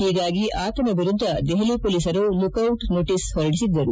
ಹೀಗಾಗಿ ಆತನ ವಿರುದ್ದ ದೆಹಲಿ ಪೊಲೀಸರು ಲುಕ್ ಡಿಟ್ ನೋಟಿಸ್ ಹೊರಡಿಸಿದ್ದರು